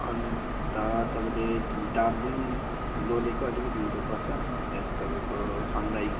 अन्त तपाईँले डाबलिङ लोलेको अलिकित उँदो पर्छ त्यहाँ चाहिँ तपाईँको सनराइज